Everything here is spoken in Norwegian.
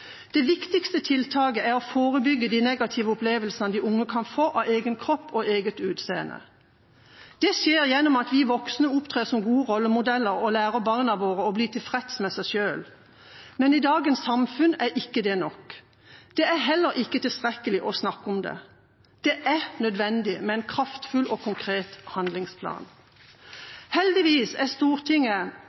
Det viktigste tiltaket er å forebygge de negative opplevelsene de unge kan få av egen kropp og eget utseende. Det skjer gjennom at vi voksne opptrer som gode rollemodeller og lærer barna våre å bli tilfreds med seg selv. Men i dagens samfunn er ikke det nok. Det er heller ikke tilstrekkelig å snakke om det. Det er nødvendig med en kraftfull og konkret handlingsplan. Heldigvis var Stortinget